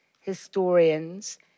historians